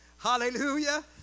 Hallelujah